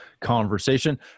conversation